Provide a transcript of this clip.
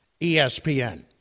ESPN